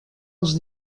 els